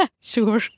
Sure